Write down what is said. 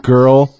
Girl